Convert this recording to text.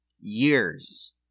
years